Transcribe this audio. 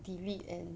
delete and